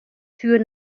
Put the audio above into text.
tür